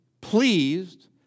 pleased